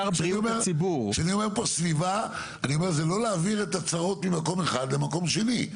כשאני אומר סביבה זה לא להעביר ממקום אחד למקום שני.